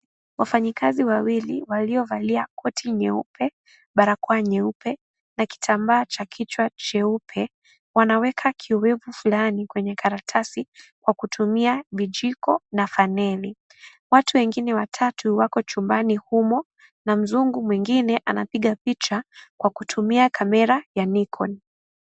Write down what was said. Wafnyakazi wawili waliovalia koti nyeupe, barakoa nyeupe na kitambaa cha kichwa cheupe wanaweka kiowefu fulani kwenye karatasi kwa kutumia vijiko na faneli. Watu wengine watatu wamo chumbani humo na mungu mwengine anapiga picha kwa kutumia kamera ya nikon.